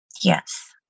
Yes